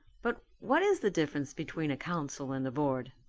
but what is the difference between a council and a board?